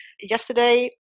Yesterday